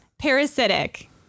parasitic